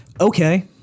Okay